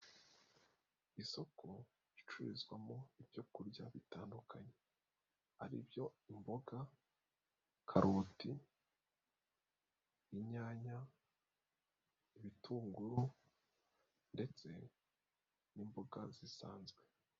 Isoku icururizwamo ibyokurya bitandukanye, ari byo imboga, karoti, inyanya, ibitunguru ndetse n'imboga zisanzwe.